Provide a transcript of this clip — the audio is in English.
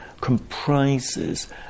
comprises